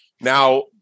Now